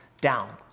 down